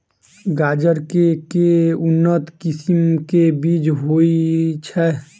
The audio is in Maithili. गाजर केँ के उन्नत किसिम केँ बीज होइ छैय?